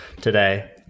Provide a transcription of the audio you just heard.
today